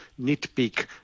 nitpick